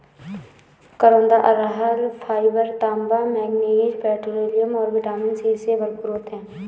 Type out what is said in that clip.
करौंदा आहार फाइबर, तांबा, मैंगनीज, पोटेशियम और विटामिन सी से भरपूर होते हैं